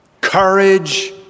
courage